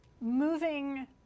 moving